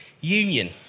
Union